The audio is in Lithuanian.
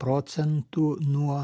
procentų nuo